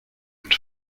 and